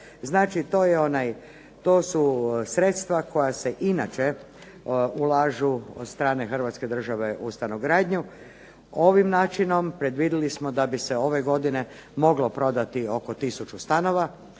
Znači, to su sredstva koja se inače ulažu od strane Hrvatske države u stanogradnju. Ovim načinom predvidjeli smo da bi se ove godine moglo prodati oko 1000 stanova,